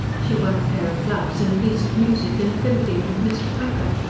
she won a pair of gloves and a piece of music in a philippine with mr urquhart,